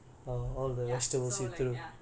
so menu full lah அப்டிதான் இருக்கும்:apdi than irukkum